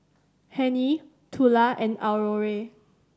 Hennie Tula and Aurore